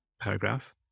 paragraph